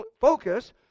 focus